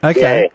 Okay